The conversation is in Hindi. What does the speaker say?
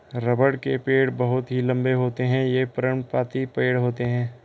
रबड़ के पेड़ बहुत ही लंबे होते हैं ये पर्णपाती पेड़ होते है